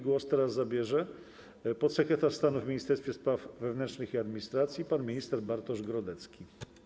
Głos teraz zabierze podsekretarz stanu w Ministerstwie Spraw Wewnętrznych i Administracji pan minister Bartosz Grodecki.